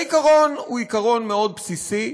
העיקרון הוא עיקרון מאוד בסיסי,